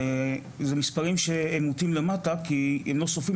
אלה מספרים שהם מוטים למטה כי הם לא סופרים